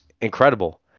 incredible